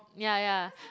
ya ya